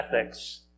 ethics